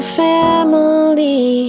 family